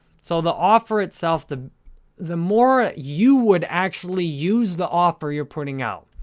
so, the offer itself, the the more you would actually use the offer you're putting out,